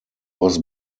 was